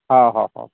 हो हो हो